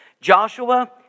Joshua